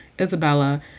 Isabella